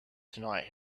tonight